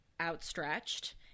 outstretched